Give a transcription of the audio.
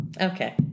Okay